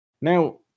now